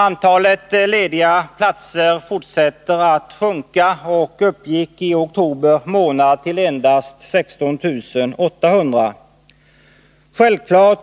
Antalet lediga platser fortsätter att sjunka och uppgick i oktober månad till endast 16 800. Självfallet